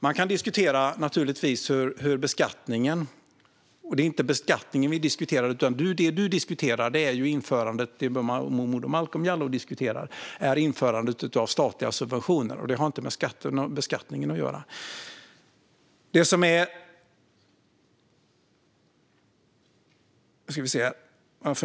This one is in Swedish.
Man kan naturligtvis diskutera beskattningen, men det Momodou Malcolm Jallow diskuterar är införandet av statliga subventioner. Det har inte med beskattningen att göra.